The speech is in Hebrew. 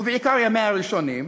ובעיקר ימיה הראשונים,